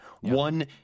One